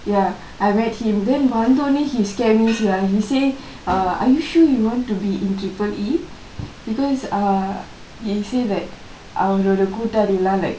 ya I met him then வந்த ஒடனே:vandtha odane he scare me sia he say uh are you sure you want to be in triple E because err he say that அவங்களோட கூட்டாளிலா:avangkaloda kuttalilaam